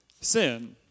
sin